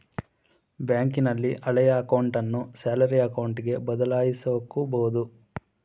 ಬ್ಯಾಂಕಿನಲ್ಲಿ ಹಳೆಯ ಅಕೌಂಟನ್ನು ಸ್ಯಾಲರಿ ಅಕೌಂಟ್ಗೆ ಬದಲಾಯಿಸಕೊಬೋದು